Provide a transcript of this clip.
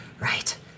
Right